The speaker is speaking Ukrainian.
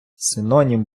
синонім